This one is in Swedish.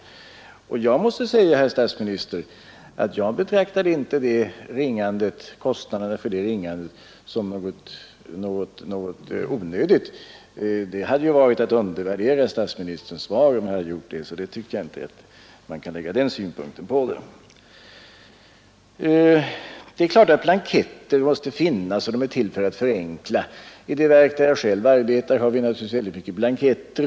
Och jag måste säga, herr statsminister, att jag betraktar inte det ringandet och kostnaderna för det som något onödigt. Det hade ju varit att undervärdera statsministerns svar, om jag hade gjort det. Vidare är det klart att vi måste ha blanketter och att de är till för att förenkla. I det verk där jag själv arbetar har vi väldigt mycket blanketter.